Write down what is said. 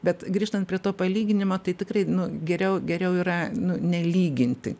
bet grįžtant prie to palyginimo tai tikrai nu geriau geriau yra nu nelyginti